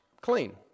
clean